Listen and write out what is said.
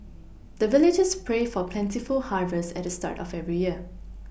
the villagers pray for plentiful harvest at the start of every year